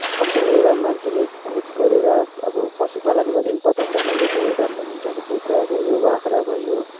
कमसेकम एउटा मान्छेले कुछ गरेर अब पशुपालन गऱ्यो भने पनि पचास हजारले धेरै काम बनिन्छ अब कुखुरा भयो बाख्रा भयो